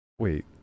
Wait